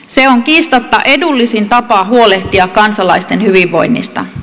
se on kiistatta edullisin tapa huolehtia kansalaisten hyvinvoinnista